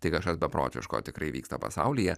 tai kažkas beprotiško tikrai vyksta pasaulyje